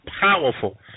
powerful